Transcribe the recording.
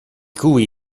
cui